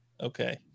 Okay